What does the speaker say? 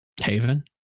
Haven